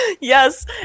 yes